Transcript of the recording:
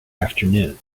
afternoon